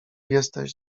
jesteś